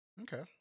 Okay